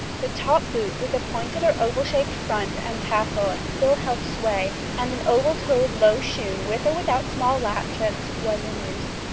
the top-boot with the pointed or oval-shaped front and tassel still held sway, and an oval-toed low shoe with or without small latchets was in use.